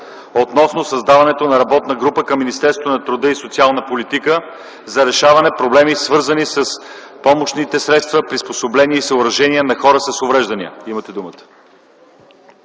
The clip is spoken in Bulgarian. относно създаването на работна група към Министерството на труда и социалната политика за решаване на проблемите, свързани с помощните средства, приспособления и съоръжения на хора с увреждания. Имате думата.